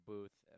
Booth